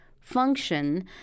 function